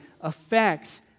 affects